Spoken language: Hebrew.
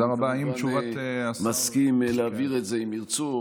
אני מסכים להעביר את זה, אם ירצו.